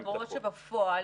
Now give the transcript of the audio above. למרות שבפועל,